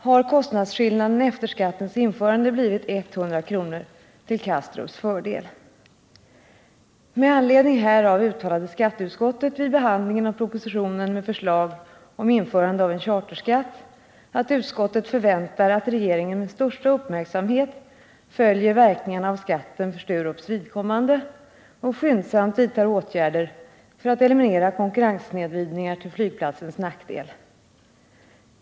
har kostnadsskillnaden efter skattens införande blivit 100 kr. till Kastrups fördel. Med anledning härav uttalade skatteutskottet vid behandlingen av propositionen med förslag om införande av en charterskatt att utskottet förväntar att regeringen med största uppmärksamhet följer verkningarna av skatten för Sturups vidkommande och skyndsamt vidtar åtgärder för att eliminera konkurrenssnedvridningar till flygplatsens nackdel.